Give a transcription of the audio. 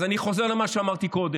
אז אני חוזר למה שאמרתי קודם.